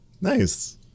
Nice